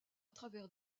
travers